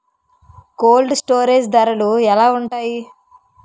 Cold storage ధరలు ఎలా ఉంటాయి?